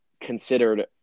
considered